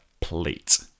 plate